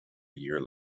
year